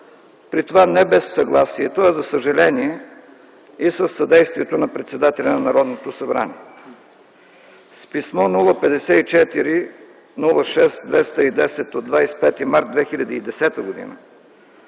при това не без съгласието, а за съжаление, и със съдействието на председателя на Народното събрание. С писмо № 054-06-210 от 25 март 2010 г.